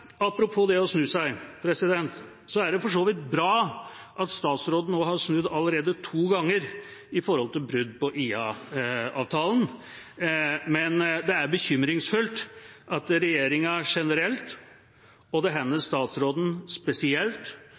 statsråden. Apropos det å snu seg er det for så vidt bra at statsråden nå har snudd allerede to ganger når det gjelder brudd på IA-avtalen. Men det er bekymringsfullt at regjeringa generelt og denne statsråden spesielt